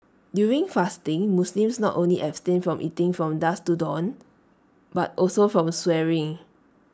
during fasting Muslims not only abstain from eating from dusk to dawn but also from swearing